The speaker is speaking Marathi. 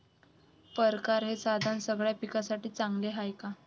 परकारं हे साधन सगळ्या पिकासाठी चांगलं हाये का?